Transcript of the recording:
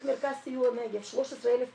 זה קריטי, הרי ברור שבוועדה בין-משרדית